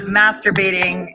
masturbating